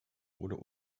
oder